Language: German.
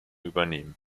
übernehmen